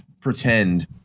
pretend